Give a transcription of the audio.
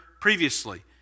previously